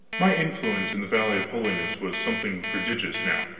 my influence in the valley of holiness was something prodigious now.